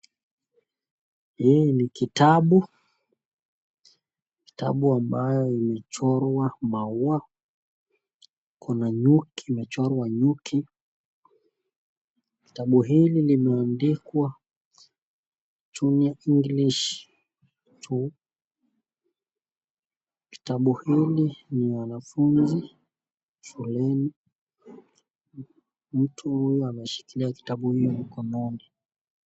Hii ni kitabu, kitabu ambayo imechorwa maua, kuna nyuki imechorwa nyuki, kitabu hili limeandikwa junior English two kitabu hili ni ya wanafunzi shuleni, mtu huyu ameshikilia kitabu huyu mkononi.